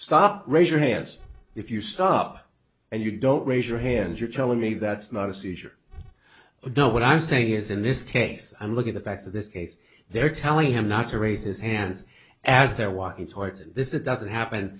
stop raise your hands if you stop and you don't raise your hand you're telling me that's not a seizure you know what i'm saying is in this case and look at the facts of this case they're telling him not to raise his hands as they're walking towards this it doesn't happen